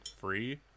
free